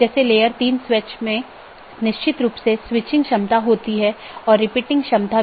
वर्तमान में BGP का लोकप्रिय संस्करण BGP4 है जो कि एक IETF मानक प्रोटोकॉल है